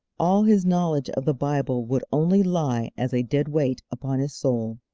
all his knowledge of the bible would only lie as a dead-weight upon his soul.